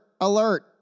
alert